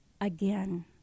again